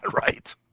Right